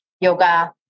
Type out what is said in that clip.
yoga